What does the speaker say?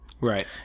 Right